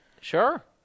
Sure